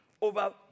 over